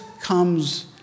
comes